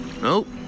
Nope